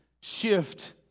shift